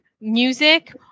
music